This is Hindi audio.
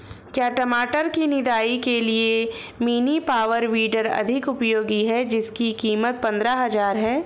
क्या टमाटर की निदाई के लिए मिनी पावर वीडर अधिक उपयोगी है जिसकी कीमत पंद्रह हजार है?